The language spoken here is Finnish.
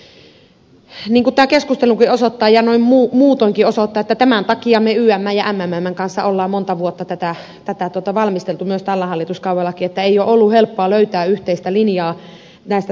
niin kuin tämä keskustelu ja muukin osoittaa että tämän takia me ymn ja mmmn kanssa olemme monta vuotta tätä valmistelleet tälläkin hallituskaudella että ei ole ollut helppoa löytää yhteistä linjaa näistä säätelyistä